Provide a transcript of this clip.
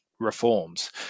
Reforms